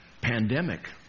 Pandemic